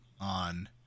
on